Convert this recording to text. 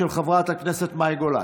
של חברת הכנסת מאי גולן.